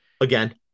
again